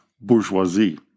bourgeoisie